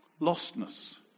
lostness